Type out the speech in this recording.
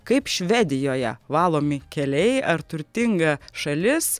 kaip švedijoje valomi keliai ar turtinga šalis